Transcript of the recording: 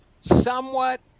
Somewhat